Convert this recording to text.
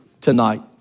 tonight